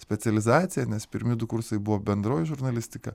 specializaciją nes pirmi du kursai buvo bendroji žurnalistika